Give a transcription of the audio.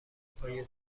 پای